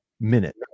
minute